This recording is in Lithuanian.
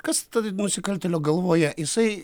kas tada nusikaltėlio galvoje jisai